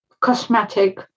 cosmetic